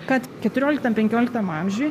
kad keturioliktam penkioliktam amžiuj